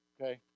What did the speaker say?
Okay